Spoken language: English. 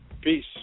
Peace